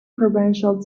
provincial